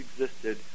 existed